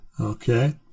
Okay